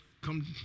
come